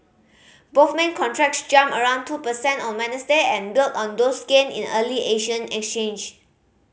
both main contracts jumped around two percent on Wednesday and built on those gain in early Asian exchange